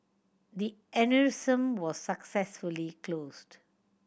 the aneurysm was successfully closed